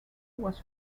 was